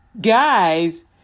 guys